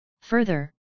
Further